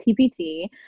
TPT